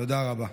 תודה רבה.